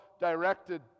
directed